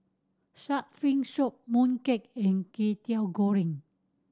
shark fin soup mooncake and Kwetiau Goreng